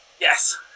Yes